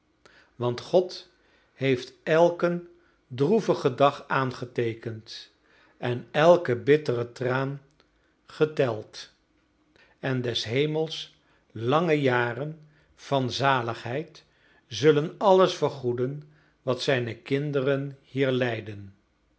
want god heeft elken droevigen dag aangeteekend en elken bitteren traan geteld en des hemels lange jaren van zaligheid zullen alles vergoeden wat zijne kinderen hier lijden